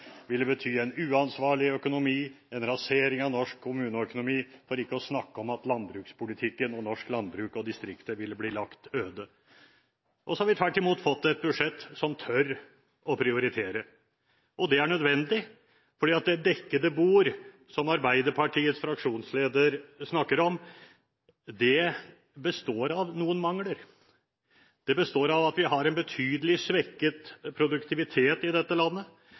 ville bety en uansvarlig økonomi, en rasering av norsk kommuneøkonomi – for ikke å snakke om at landbrukspolitikken og norsk landbruk og distrikter ville bli lagt øde. Så har vi tvert imot fått et budsjett hvor man tør å prioritere. Det er nødvendig, for det dekkede bord, som Arbeiderpartiets fraksjonsleder snakker om, består av noen mangler. Det består av at vi har en betydelig svekket produktivitet i dette landet,